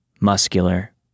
muscular